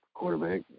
quarterback